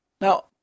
Now